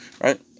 right